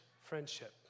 friendship